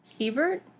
Ebert